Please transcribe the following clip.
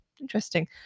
Interesting